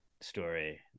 story